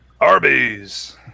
Arby's